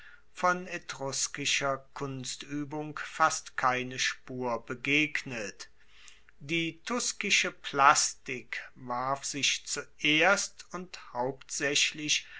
von etruskischer kunstuebung fast keine spur begegnet die tuskische plastik warf sich zuerst und hauptsaechlich